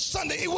Sunday